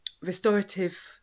restorative